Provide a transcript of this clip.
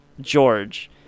George